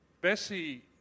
Bessie